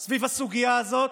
סביב הסוגיה הזאת,